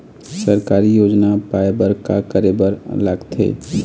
सरकारी योजना पाए बर का करे बर लागथे?